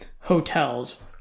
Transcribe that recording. hotels